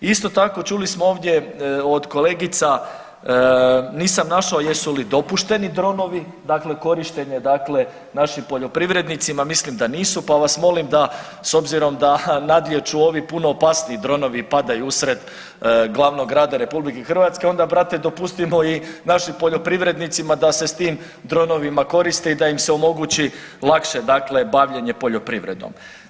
Isto tako čuli smo ovdje od kolegica, nisam našao jesu li dopušteni dronovi, dakle korištenje našim poljoprivrednicima pa vas molim da s obzirom da nadlijeću ovi puno opasniji dronovi i padaju usred glavnog grada RH, onda brate dopustimo i našim poljoprivrednicima da se s tim dronovima koriste i da im se omogući lakše bavljenje poljoprivredom.